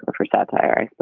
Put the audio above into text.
but for satire.